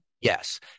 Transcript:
yes